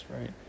right